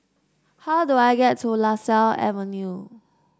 how do I get to Lasia Avenue